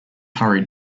hurried